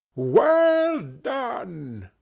well done!